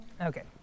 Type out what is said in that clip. Okay